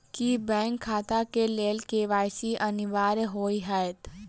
की bank खाता केँ लेल के.वाई.सी अनिवार्य होइ हएत?